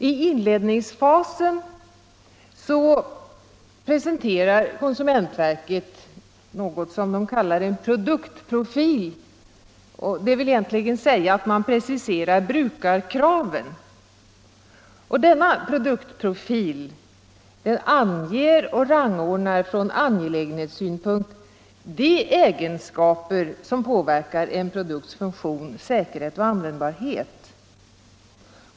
I inledningsfasen presenterar konsumentverket något som man kallar en produktprofil. Det vill egentligen säga att man preciserar brukarkraven. Denna produktprofil anger och rangordnar från angelägenhetssynpunkt de egenskaper som påverkar en produkts funktion, säkerhet och användbarhet.